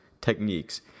techniques